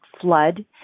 flood